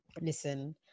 Listen